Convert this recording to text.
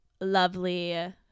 lovely